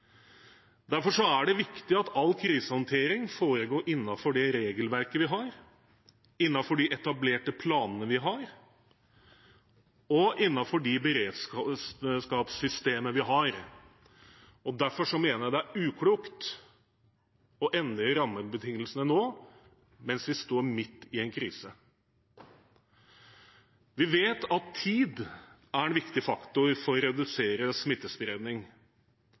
Derfor er det viktig at all krisehåndtering foregår innenfor det regelverket vi har, innenfor de etablerte planene vi har, og innenfor de beredskapssystemene vi har. Derfor mener jeg det er uklokt å endre rammebetingelsene nå, mens vi står midt i en krise. Vi vet at tid er en viktig faktor for å redusere smittespredning.